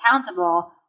accountable